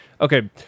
okay